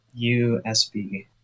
USB